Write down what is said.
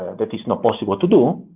that is not possible to do.